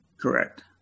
Correct